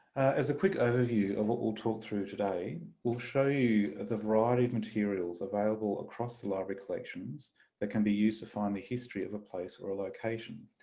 as a quick overview of what we'll talk through today we'll show you the variety of materials available across the library collections that can be used to find the history of a place or a location,